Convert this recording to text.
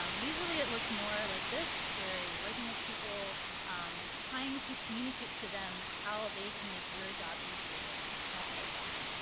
um usually it looks more like this where you're working with people trying to communicate to them how they can make your job easier and also vice versa.